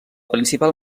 principal